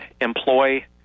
employ